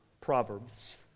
Proverbs